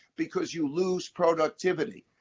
because you lose productivity.